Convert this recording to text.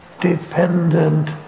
dependent